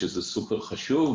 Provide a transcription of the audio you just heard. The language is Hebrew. שזה דבר מאוד חשוב.